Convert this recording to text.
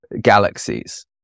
galaxies